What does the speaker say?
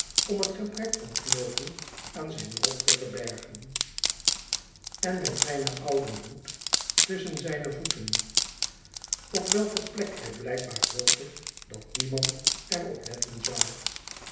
om het gebrek van knoopen aan zijn rok te verbergen en met zijn ouden hoed tusschen zijne voeten op welke plek hij blijkbaar hoopte dat niemand er op letten zou